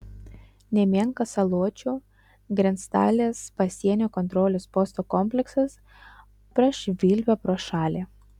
nemenkas saločių grenctalės pasienio kontrolės posto kompleksas prašvilpia pro šalį